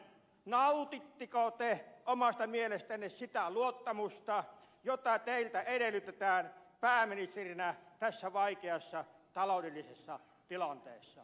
nautitteko te omasta mielestänne sitä luottamusta jota teiltä edellytetään pääministerinä tässä vaikeassa taloudellisessa tilanteessa